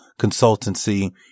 Consultancy